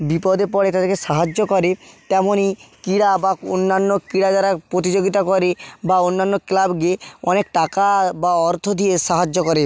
বিপদে পড়ে তাদেরকে সাহায্য করে তেমনি ক্রীড়া বা অন্যান্য ক্রীড়া যারা প্রতিযোগিতা করে বা অন্যান্য ক্লাবকে অনেক টাকা বা অর্থ দিয়ে সাহায্য করে